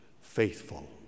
faithful